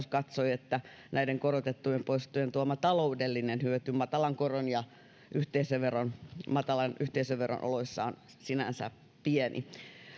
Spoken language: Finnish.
katsoi että näiden korotettujen poistojen tuoma taloudellinen hyöty matalan koron ja matalan yhteisöveron oloissa on sinänsä pieni